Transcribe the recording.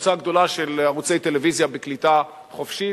קבוצה גדולה של ערוצי טלוויזיה בקליטה חופשית,